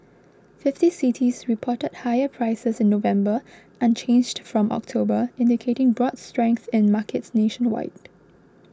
fifty cities reported higher prices in November unchanged from October indicating broad strength in markets nationwide